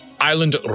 island